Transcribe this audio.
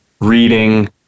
Reading